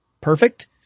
perfect